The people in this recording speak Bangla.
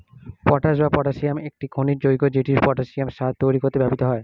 পটাশ, যা পটাসিয়ামের একটি খনিজ যৌগ, সেটি পটাসিয়াম সার তৈরি করতে ব্যবহৃত হয়